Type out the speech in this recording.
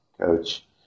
coach